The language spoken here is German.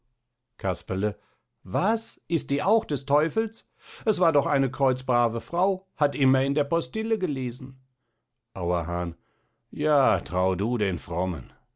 casperle was ist die auch des teufels es war doch eine kreuzbrave frau hat immer in der postille gelesen auerhahn ja trau du den frommen